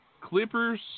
Clippers